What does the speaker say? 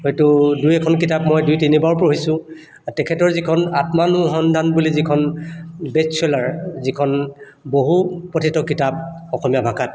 হয়তো দুই এখন কিতাপ মই দুই তিনিবাৰো পঢ়িছোঁ আৰু তেখেতৰ যিখন আত্মানুসন্ধান বুলি যিখন বেষ্ট চেলাৰ যিখন বহু পঠিত কিতাপ অসমীয়া ভাষাত